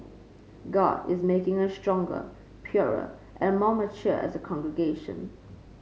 God is making us stronger purer and more mature as a congregation